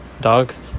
dogs